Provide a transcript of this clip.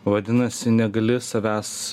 vadinasi negali savęs